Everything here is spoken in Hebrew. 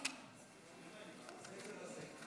הם מחטאים את זה.